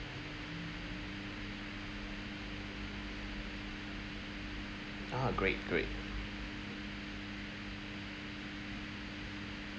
ah great great